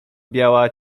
biała